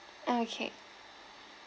okay